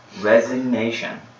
resignation